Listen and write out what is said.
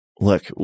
look